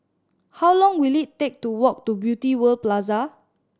how long will it take to walk to Beauty World Plaza